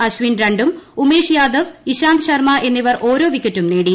അശ്വൻ രണ്ടും ഉമേഷ് യാദവ് ഇശാന്ത് ശർമ്മ എന്നിവർ ഓരോ വിക്കറ്റും നേടി